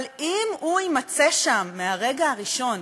אבל אם הוא יימצא שם מהרגע הראשון,